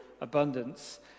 abundance